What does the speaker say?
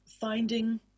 finding